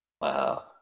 Wow